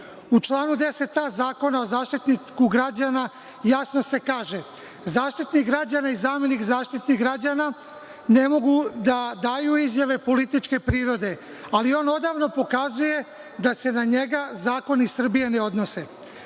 U članu 10a Zakona o Zaštitniku građana jasno se kaže – Zaštitnik građana i zamenik zaštitnika građana ne mogu da daju izjave političke prirode. Ali, on odavno pokazuje da se na njega zakoni Srbije ne odnose. Saša